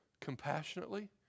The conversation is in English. Compassionately